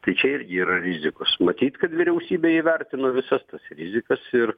tai čia irgi yra rizikos matyt kad vyriausybė įvertino visas tas rizikas ir